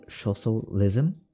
socialism